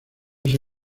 ese